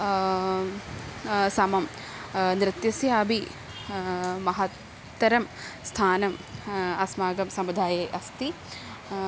समं नृत्यस्यापि महत्तरं स्थानम् अस्माकं समुदाये अस्ति